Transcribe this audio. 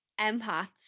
empaths